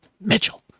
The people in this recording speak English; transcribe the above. Mitchell